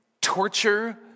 torture